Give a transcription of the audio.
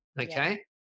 Okay